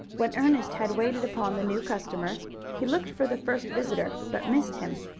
when ernest had waited upon the new customer he looked for the first visitor, but missed him.